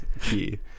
key